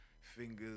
Fingers